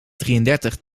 drieëndertig